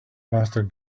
master